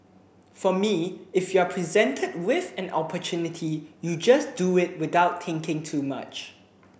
for me if you are presented with an opportunity you just do it without thinking too much